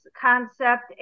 concept